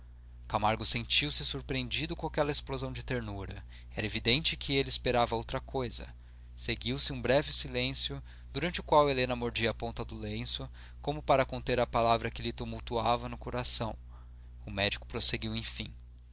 soluço camargo sentiu-se surpreendido com aquela explosão de ternura era evidente que ele esperava outra coisa seguiu-se um breve silêncio durante o qual helena mordia a ponta do lenço como para conter a palavra que lhe tumultuava no coração o médico prosseguiu enfim